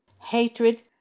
hatred